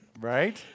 Right